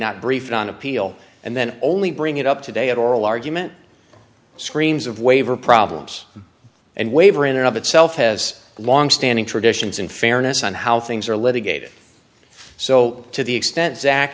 not briefed on appeal and then only bring it up today at oral argument screams of waiver problems and waiver in and of itself has long standing traditions and fairness and how things are litigated so to the extent zac